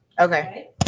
Okay